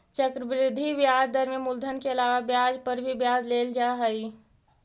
चक्रवृद्धि ब्याज दर में मूलधन के अलावा ब्याज पर भी ब्याज लेल जा हई